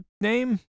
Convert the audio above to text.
name